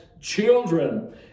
children